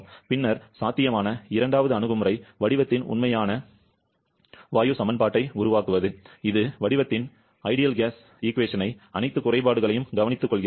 பின்னர் சாத்தியமான இரண்டாவது அணுகுமுறை வடிவத்தின் உண்மையான வாயு சமன்பாட்டை உருவாக்குவது இது வடிவத்தின் சிறந்த வாயு சமன்பாட்டின் அனைத்து குறைபாடுகளையும் கவனித்துக்கொள்கிறது